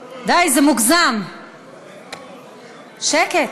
די, זה מוגזם, שקט.